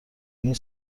این